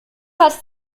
hast